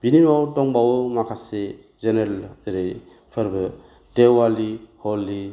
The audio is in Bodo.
बिनि उनाव दंबावो माखासे जेनेरेल जेरै फोरबो देवालि हलि